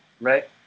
right